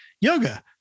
Yoga